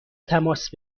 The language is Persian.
تماس